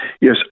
yes